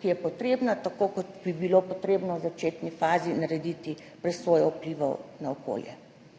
ki je potrebna, tako kot bi bilo treba v začetni fazi narediti presojo vplivov na okolje.